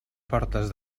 portes